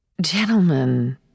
Gentlemen